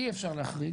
אי אפשר להחריג.